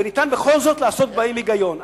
וניתן בכל זאת לעשות בהם היגיון.